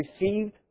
received